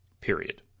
period